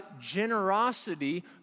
generosity